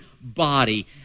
body